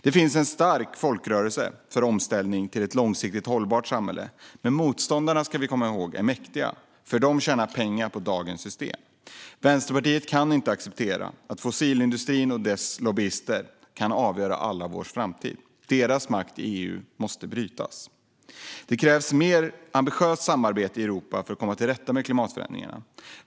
Det finns en stark folkrörelse för omställning till ett långsiktigt hållbart samhälle. Men motståndarna är mäktiga, ska vi komma ihåg, för de tjänar pengar på dagens system. Vänsterpartiet kan inte acceptera att fossilindustrin och dess lobbyister kan avgöra allas vår framtid. Deras makt i EU måste brytas. Det krävs ett mer ambitiöst samarbete i Europa för att komma till rätta med klimatförändringarna.